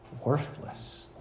worthless